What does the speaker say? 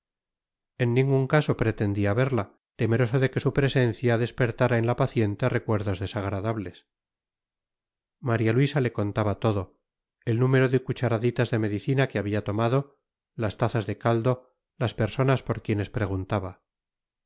en ningún caso pretendía verla temeroso de que su presencia despertara en la paciente recuerdos desagradables maría luisa le contaba todo el número de cucharaditas de medicina que había tomado las tazas de caldo las personas por quienes preguntaba